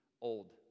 Old